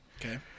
Okay